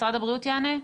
משרד הבריאות יענה?